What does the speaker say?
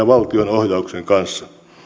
ja valtionohjauksen kanssa